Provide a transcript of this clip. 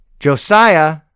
Josiah